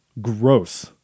gross